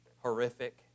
Horrific